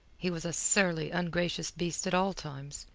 he was a surly, ungracious beast at all times,